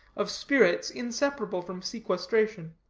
of spirits inseparable from sequestration.